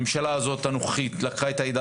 הממשלה הזאת הנוכחית לקחה את העדה